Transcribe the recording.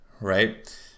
right